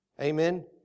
Amen